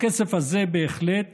לכסף הזה בהחלט